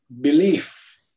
belief